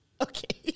Okay